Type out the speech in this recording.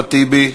אחמד טיבי.